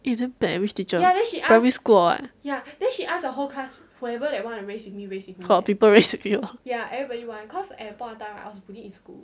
is so bad which teacher primary school or what got people race with you ah